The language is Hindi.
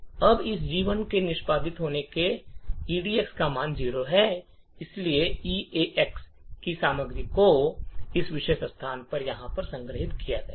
अब इस G1 के निष्पादित होने के कारणएडक्स का मान 0 है इसलिए ईएक्स की सामग्री को इस विशेष स्थान पर यहाँ पर संग्रहीत किया जाएगा